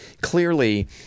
clearly